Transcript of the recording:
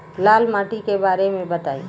लाल माटी के बारे में बताई